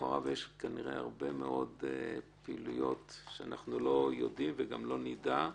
שמאחוריו יש כנראה הרבה מאוד פעילויות שאנחנו לא יודעים וגם לא נדע,